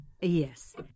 Yes